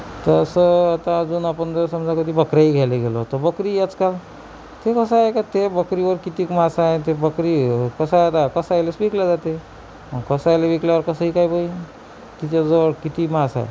तसं आता अजून आपण जर समजा कधी बकरीही घ्यायला गेलो तर बकरीही आजकाल ते कसं आहे त्या बकरीवर कितीक मांस आहे ते बकरी कसायला कसायालाच विकली जाते कसाईला विकल्यावर कसाई काय बघेल की तिच्याजवळ किती मांस आहे